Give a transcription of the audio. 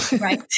Right